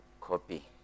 copy